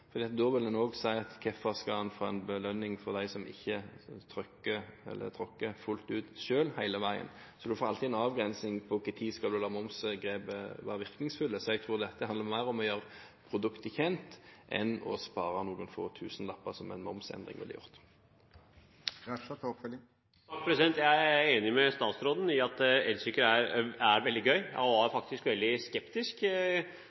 da vil en også spørre hvorfor en skal ha en belønning for dem som ikke tråkker fullt ut selv hele veien. En får alltid en avgrensing på når en skal la momsgrepet være virkningsfullt. Jeg tror dette handler mer om å gjøre produktet kjent enn å spare noen få tusenlapper, som en momsendring ville gjort. Jeg er enig med statsråden i at elsykkel er veldig gøy. Jeg var faktisk veldig skeptisk – jeg har syklet en del på vanlig sykkel, og